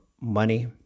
money